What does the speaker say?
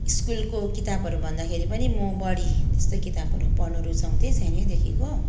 स्कुलको किताबहरू भन्दाखेरि पनि म बढी त्यस्तै किताबहरू पढ्नु रुचाउँथे सानैदेखिको